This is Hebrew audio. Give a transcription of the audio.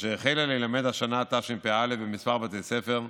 והיא החלה להילמד השנה, תשפ"א, בכמה בתי ספר,